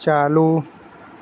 चालू